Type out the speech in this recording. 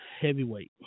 heavyweight